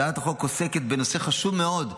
הצעת החוק עוסקת בנושא חשוב מאוד,